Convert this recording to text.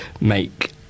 make